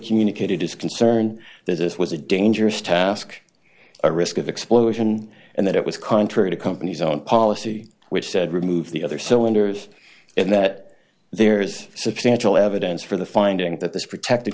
communicated is concerned that this was a dangerous task a risk of explosion and that it was contrary to company's own policy which said remove the other cylinders and that there is substantial evidence for the finding that this protective